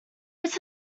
its